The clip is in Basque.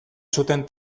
zuten